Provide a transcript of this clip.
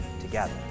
together